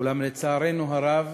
אולם, לצערנו הרב,